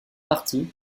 partie